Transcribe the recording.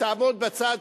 תעמוד בצד,